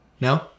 No